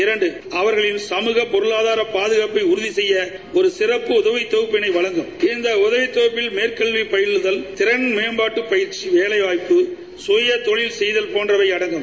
இரண்டு அவர்களின் சமூக பொருளாதார பாதுகாப்பை உறுதி செய்ய ஒரு சிறப்பு உதவித் தொகுப்பினை வழங்கும் இந்த உதவித் தொகுப்பில் மேற்கல்வி பயிலுதல் திறன்மேம்பாட்டு பயிற்சிவேலைவாய்ப்பு சுயதொழில் செய்தல் போன்றவை அடங்கும்